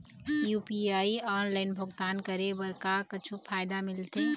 UPI online भुगतान करे बर का कुछू फायदा मिलथे?